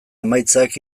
emaitzak